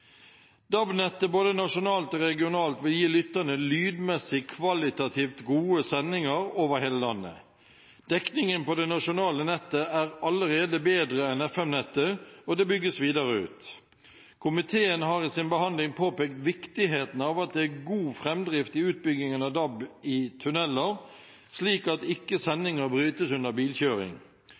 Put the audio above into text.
DAB-nettet både nasjonalt og regionalt vil gi lytterne lydmessig kvalitativt gode sendinger over hele landet. Dekningen på det nasjonale nettet er allerede bedre enn FM-nettet, og det bygges videre ut. Komiteen har i sin behandling påpekt viktigheten av at det er god framdrift i utbyggingen av DAB i tunneler, slik at ikke sendinger brytes under bilkjøring.